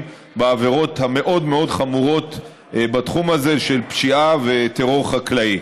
בעבירות המאוד-מאוד חמורות בתחום הזה של פשיעה וטרור חקלאי.